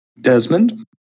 Desmond